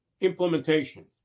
implementation